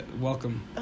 welcome